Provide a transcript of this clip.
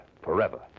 forever